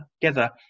together